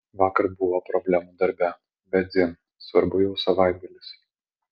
vakar buvo problemų darbe bet dzin svarbu jau savaitgalis